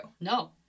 No